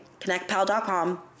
connectpal.com